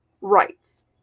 rights